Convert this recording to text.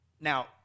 Now